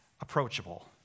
approachable